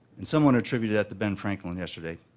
and someone attributed that to ben franklin yesterday.